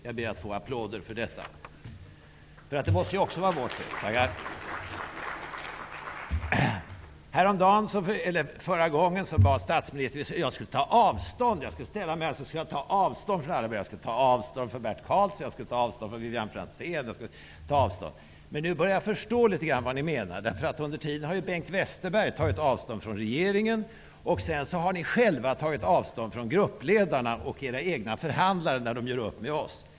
Jag ber om applåder för detta, eftersom det ju också var vårt fel. Förra gången bad statsministern mig om att ta avstånd. Jag skulle ställa mig här och ta avstånd från alla möjliga. Jag skulle ta avstånd från Bert Karlsson och jag skulle ta avstånd från Vivianne Franzén. Men nu börjar jag litet grand att förstå vad ni menade, därför att under tiden har ju Bengt Westerberg tagit avstånd från regeringen. Sedan har ni själva tagit avstånd från gruppledarna och era egna förhandlare, när de har gjort upp med oss.